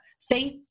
faith